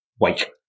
wake